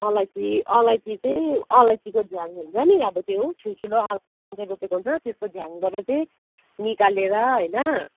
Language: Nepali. अलैँची अलैँची चाहिँ अलैँचीको झ्याङ हुन्छ नि अब त्यो ठुल्ठुलो अलैँ रोपेको हुन्छ नि त्यसको झ्याङबाट चाहिँ निकालेर होइन